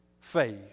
faith